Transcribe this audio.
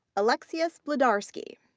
alexius wlodarski.